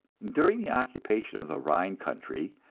during the occupation of the rhine country,